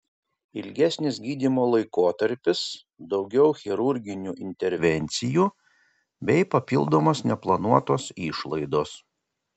ilgesnis gydymo laikotarpis daugiau chirurginių intervencijų bei papildomos neplanuotos išlaidos